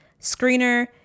screener